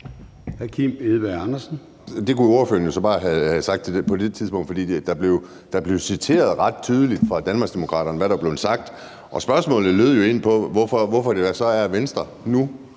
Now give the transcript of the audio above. Det kunne ordføreren jo så bare have sagt på det tidspunkt. For der blev citeret ret tydeligt fra Danmarksdemokraterne, hvad der blev sagt, og spørgsmålet lød egentlig, hvorfor det så er sådan,